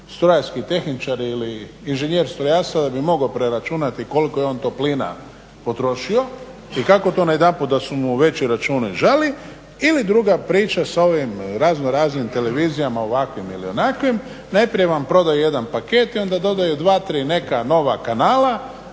strojarski tehničar ili inženjer strojarstva da bi on mogao preračunati koliko je on to plina potrošio i kako to najedanput da su mu veći računi … ili druga priča sa ovim raznoraznim televizijama ovakvim ili onakvim. Najprije vam proda jedan paket i onda dodaju 2, 3 neka nova kanala